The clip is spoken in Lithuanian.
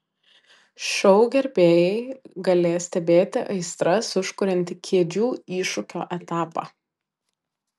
šou gerbėjai galės stebėti aistras užkuriantį kėdžių iššūkio etapą